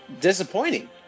disappointing